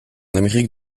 amérique